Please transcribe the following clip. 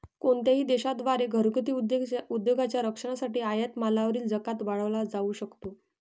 कोणत्याही देशा द्वारे घरगुती उद्योगांच्या संरक्षणासाठी आयात मालावरील जकात वाढवला जाऊ शकतो